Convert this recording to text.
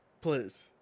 Please